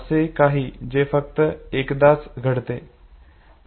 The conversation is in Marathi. असे काही जे फक्त एकदाच घडते